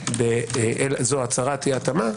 לתת זו הצהרת אי התאמה,